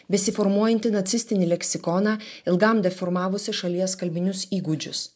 besiformuojantį nacistinį leksikoną ilgam deformavusi šalies kalbinius įgūdžius